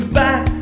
back